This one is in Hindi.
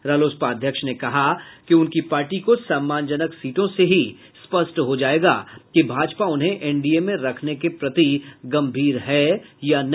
रालोसपा अध्यक्ष ने कहा कि उनकी पार्टी को सम्मानजनक सीटों से ही स्पष्ट हो जायेगा कि भाजपा उन्हें एनडीए में रखने के प्रति गम्मीर है या नहीं